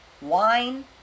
Wine